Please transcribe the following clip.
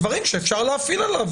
דברים שאפשר להפעיל עליו.